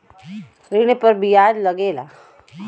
ऋण पर बियाज लगेला